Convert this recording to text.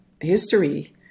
history